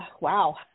wow